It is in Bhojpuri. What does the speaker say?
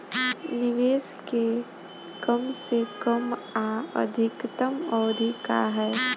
निवेश के कम से कम आ अधिकतम अवधि का है?